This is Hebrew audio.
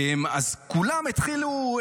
כולם התחילו,